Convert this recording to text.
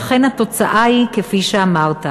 ואכן התוצאה היא כפי שאמרת.